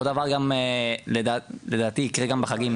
אותו דבר לדעתי יקרה גם בחגים.